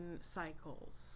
cycles